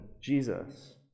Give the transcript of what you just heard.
Jesus